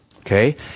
okay